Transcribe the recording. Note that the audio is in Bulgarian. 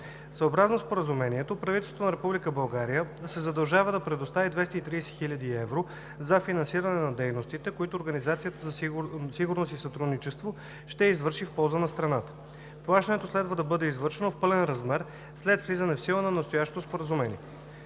Съобразно Споразумението правителството на Република България се задължава да предостави 230 хил. евро за финансиране на дейностите, които Организацията за сигурност и сътрудничество ще извърши в полза на страната. Плащането следва да бъде извършено в пълен размер след влизане в сила на настоящото споразумение.